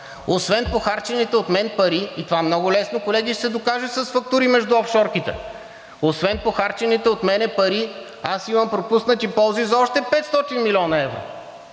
Освен похарчените от мен пари – и това много лесно, колеги, ще се докаже с фактури между офшорките – освен похарчените от мен пари имам пропуснати ползи за още 500 млн. евро.“